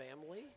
family